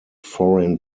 foreign